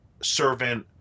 servant